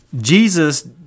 Jesus